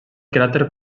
cràter